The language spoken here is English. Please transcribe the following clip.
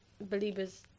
believers